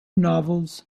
novels